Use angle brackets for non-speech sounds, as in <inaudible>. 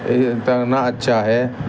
<unintelligible> اچھا ہے